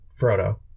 Frodo